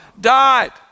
died